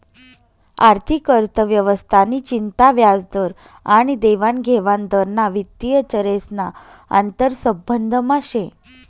आर्थिक अर्थव्यवस्था नि चिंता व्याजदर आनी देवानघेवान दर ना वित्तीय चरेस ना आंतरसंबंधमा से